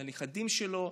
לנכדים שלו,